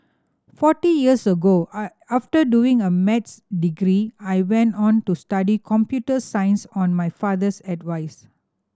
forty years ago after doing a Maths degree I went on to study computer science on my father's advice